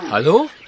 Hallo